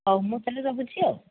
ହଉ ମୁଁ ତାହାଲେ ରହୁଛି ଆଉ